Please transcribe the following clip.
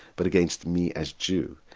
but against me as jew.